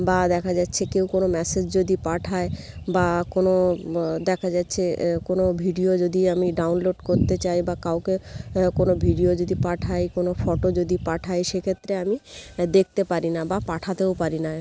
বা দেখা যাচ্ছে কেউ কোনো মেসেজ যদি পাঠায় বা কোনো দেখা যাচ্ছে কোনো ভিডিও যদি আমি ডাউনলোড করতে চাই বা কাউকে কোনো ভিডিও যদি পাঠাই কোনো ফটো যদি পাঠাই সেক্ষেত্রে আমি দেখতে পারি না বা পাঠাতেও পারি না